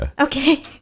Okay